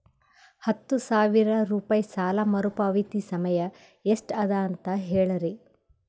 ಹತ್ತು ಸಾವಿರ ರೂಪಾಯಿ ಸಾಲ ಮರುಪಾವತಿ ಸಮಯ ಎಷ್ಟ ಅದ ಅಂತ ಹೇಳರಿ?